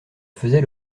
faisaient